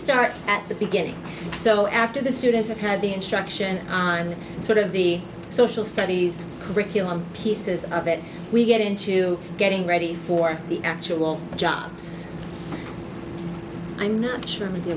start at the beginning so after the students have had the instruction on the sort of the social studies curriculum pieces of it we get into getting ready for the actual jobs i'm not sure i